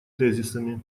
тезисами